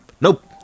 Nope